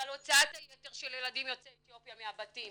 אבל הוצאת היתר של ילדים יוצאי אתיופיה מהבתים,